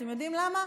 אתם יודעים למה?